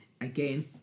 again